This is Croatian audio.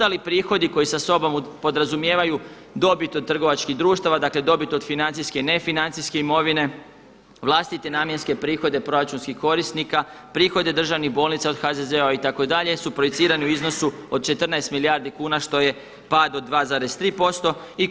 Ostali prihodi koji sa sobom podrazumijevaju dobit od trgovačkih društava, dakle dobit od financijske i nefinancijske imovine, vlastite namjenske prihode proračunskih korisnika, prihodi državnih bolnica od HZZO-a itd. su projicirani u iznosu od 14 milijardi kuna što je pad od 2,3 posto.